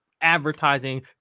advertising